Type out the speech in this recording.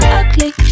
ugly